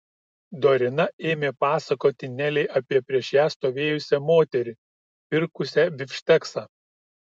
dorina ėmė pasakoti nelei apie prieš ją stovėjusią moterį pirkusią bifšteksą